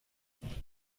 they